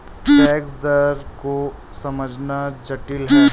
tax दर को समझना जटिल है